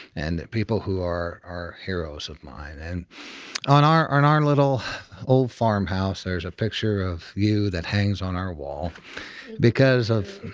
and people who are heroes of mine and on our on our little old farmhouse, there's a picture of you that hangs on our wall because of.